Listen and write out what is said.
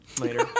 Later